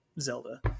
Zelda